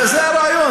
זה הרעיון.